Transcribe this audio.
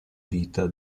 vita